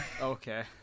Okay